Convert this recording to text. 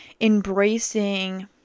embracing